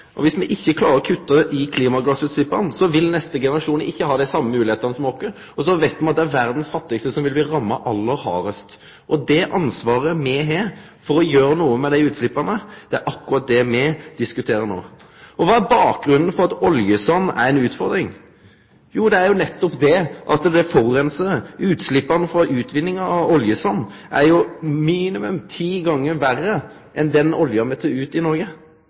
og om me ikkje klarer å kutte i klimagassutsleppa, vil dei neste generasjonane ikkje ha dei same moglegheitene som oss. Og så veit me at det er verdas fattigaste som vil bli ramma aller hardast. Det ansvaret me har for å gjere noko med desse utsleppa, er akkurat det me diskuterer no. Kva er bakgrunnen for at oljesand er ei utfordring? Jo, det er nettopp det at oljesand forureinar. Utsleppa frå utvinninga av oljesand er jo minimum ti gonger verre enn frå den olja me tek ut i Noreg.